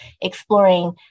exploring